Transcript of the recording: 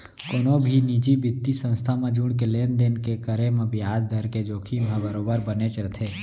कोनो भी निजी बित्तीय संस्था म जुड़के लेन देन के करे म बियाज दर के जोखिम ह बरोबर बनेच रथे